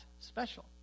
special